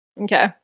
Okay